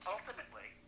Ultimately